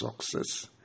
success